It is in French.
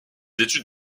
études